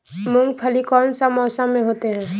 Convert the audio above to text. मूंगफली कौन सा मौसम में होते हैं?